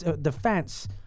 Defense